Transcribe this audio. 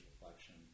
reflection